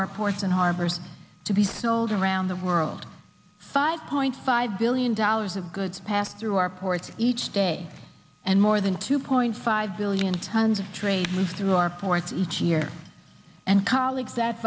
and harbors to be sold around the world five point five billion dollars of goods pass through our ports each day and more than two point five billion tons of trade move through our ports each year and colleagues that